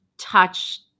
touch